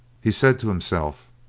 he said to himself